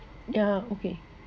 yeah okay